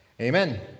Amen